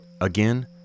Again